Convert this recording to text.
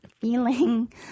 feeling